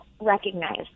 recognize